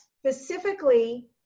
specifically